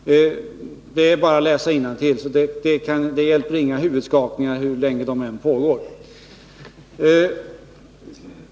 Det är bara att läsa innantill. Här hjälper inga huvudskakningar, hur länge de än pågår.